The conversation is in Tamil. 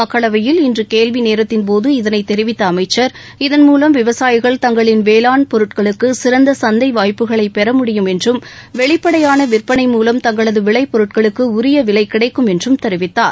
மக்களவையில் இன்று கேள்வி நேரத்தின்போது இதனைத் தெரிவித்த அமைச்சர் இதன் மூலம் விவசாயிகள் தங்களின் வேளாண் பொருட்களுக்கு சிறந்த சந்தை வாய்ப்புகள் அமையும் என்றும் வெளிப்படையான விற்பனை மூலம் தங்களது பொருட்களுக்கு உரிய விலை கிடைக்கும் என்றும் தெரிவித்தார்